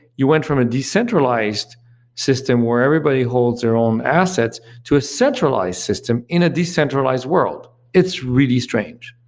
you went from a decentralized system where everybody holds their own assets to a centralized system in a decentralized world. it's really strange.